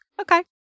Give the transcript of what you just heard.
okay